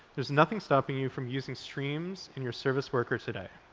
there's nothing stopping you from using streams in your service worker today.